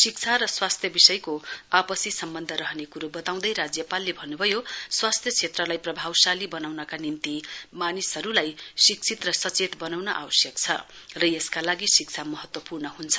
शिक्षा र स्वास्थ्य विषयको आपसी सम्बन्ध रहने क्रो बताउँदै राज्यपालले भन्न्भयो स्वास्थ्य क्षेत्रलाई प्रभावशाली बनाउनका निम्ति मानिसहरूलाई शिक्षित र सचेत बनाउन आवश्यक छ र यसका लागि शिक्षा महत्वपूर्ण ह्न्छ